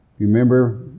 Remember